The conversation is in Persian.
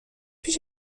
پیش